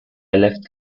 left